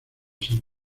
san